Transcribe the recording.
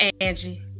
Angie